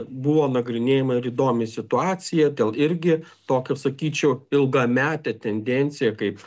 buvo nagrinėjama ir įdomi situacija dėl irgi tokio sakyčiau ilgametė tendencija kaip